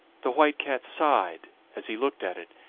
the white cat sighed as he looked at it,